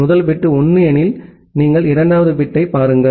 முதல் பிட் 1 எனில் நீங்கள் இரண்டாவது பிட்டைப் பாருங்கள்